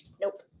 Nope